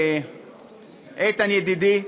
איתן ידידי,